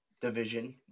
division